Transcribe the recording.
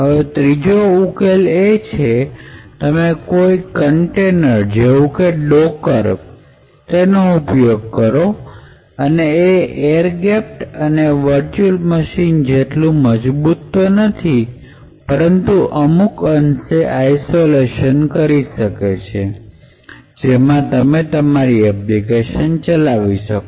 હવે ત્રીજો ઉકેલ એ છે કે તમે કોઈ કન્ટેનર જેવુંકે ડોકર તેનો ઉપયોગ કરો એ એર ગેપ્પડ અને વરચ્યુલ મશીન જેટલું મજબુત તો નથી પરંતુ અમુક અંશે આઇસોલેસન કરી શકે છે કે જેમાં તમે તમારી એપ્લિકેશન ચલાવી શકો